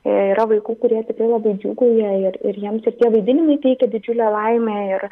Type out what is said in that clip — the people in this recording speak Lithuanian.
yra vaikų kurie tikrai labai džiūgauja ir ir jiems ir tie vaidinimai teikia didžiulę laimę ir